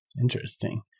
Interesting